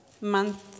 month